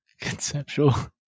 Conceptual